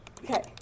Okay